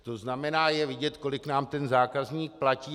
To znamená, že je vidět, kolik nám ten zákazník platí.